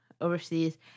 overseas